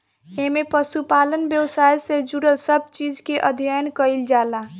एमे पशुपालन व्यवसाय से जुड़ल सब चीज के अध्ययन कईल जाला